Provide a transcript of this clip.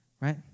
right